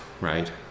right